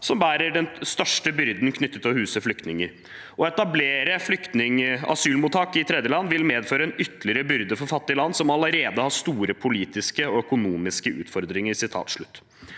som bærer den største byrden knyttet til å huse flyktninger. Å etablere asylmottak i tredjeland vil medføre en ytterligere byrde for fattige land som allerede har store politiske og økonomiske utfordringer.»